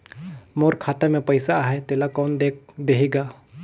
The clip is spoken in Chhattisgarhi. मोर खाता मे पइसा आहाय तेला कोन देख देही गा?